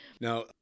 Now